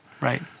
Right